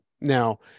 Now